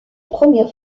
première